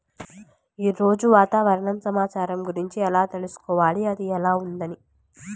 ఈరోజు వాతావరణ సమాచారం గురించి ఎలా తెలుసుకోవాలి అది ఎలా ఉంది అని?